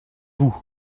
vous